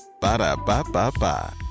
Ba-da-ba-ba-ba